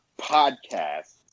podcast